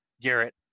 Garrett